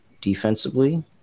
defensively